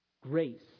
grace